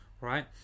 right